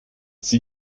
sie